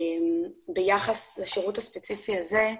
ביחס לשירות הספציפי הזה,